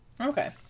Okay